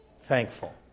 thankful